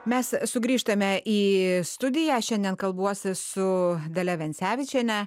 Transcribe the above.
mes sugrįžtame į studiją šiandien kalbuosi su dalia vencevičiene